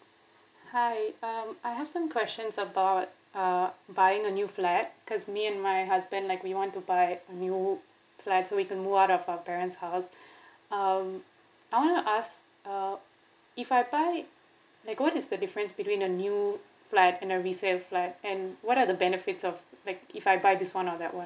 hi um I have some questions about uh buying a new flat cause me and my husband like we want to buy a new flat like so we can move out of our parents house um I wanna ask uh if I buy like what is the difference between the new flat and the resale flat and what are the benefits of like if I buy this one or that one